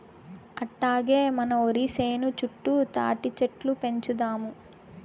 అట్టాగే మన ఒరి సేను చుట్టూ తాటిచెట్లు పెంచుదాము